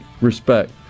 respect